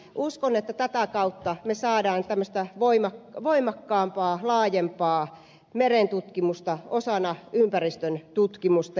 uskon että tätä kautta me saamme voimakkaampaa laajempaa merentutkimusta osana ympäristöntutkimusta